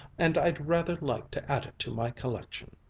and i'd rather like to add it to my collection.